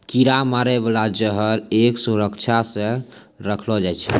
कीरा मारै बाला जहर क सुरक्षा सँ रखलो जाय छै